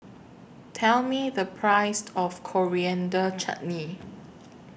Tell Me The Price of Coriander Chutney